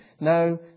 no